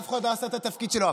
אף אחד לא עשה את התפקיד שלו.